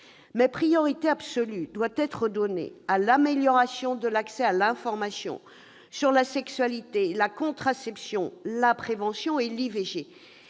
priorité absolue doit être donnée à l'amélioration de l'accès à l'information sur la sexualité, la contraception, la prévention et l'IVG.